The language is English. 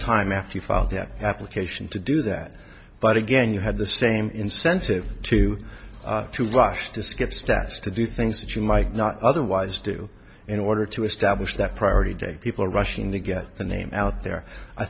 time after you file their application to do that but again you had the same incentive to to rush to skip steps to do things that you might not otherwise do in order to establish that priority date people are rushing to get the name out there i